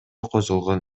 козголгон